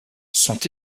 sont